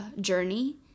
journey